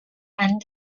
and